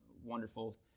wonderful